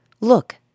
Look